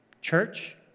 church